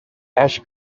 ash